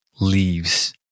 leaves